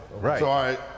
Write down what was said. right